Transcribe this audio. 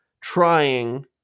trying